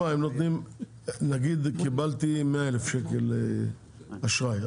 נגיד שקיבלתי 100 אלף שקל אשראי,